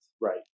Right